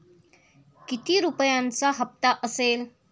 किती रुपयांचा हप्ता असेल?